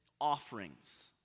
offerings